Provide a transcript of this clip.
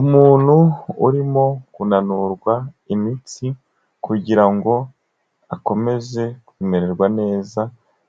Umuntu urimo kunanurwa imitsi kugira ngo akomeze kumererwa neza,